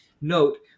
note